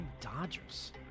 Dodgers